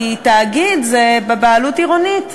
כי תאגיד זה בבעלות עירונית.